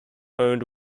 owned